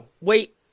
wait